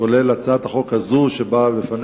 כולל הצעת החוק הזאת שלפנינו.